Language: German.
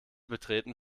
betreten